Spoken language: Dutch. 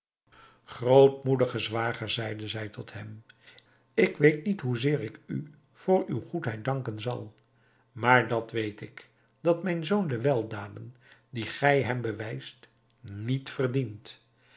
grootmoedige zwager zeide zij tot hem ik weet niet hoezeer ik u voor uw goedheid danken zal maar dat weet ik dat mijn zoon de weldaden die gij hem bewijst niet verdient